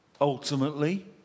ultimately